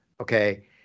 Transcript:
okay